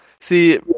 see